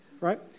right